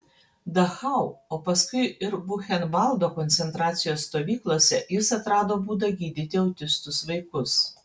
dachau o paskui ir buchenvaldo koncentracijos stovyklose jis atrado būdą gydyti autistus vaikus